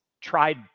tried